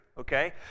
Okay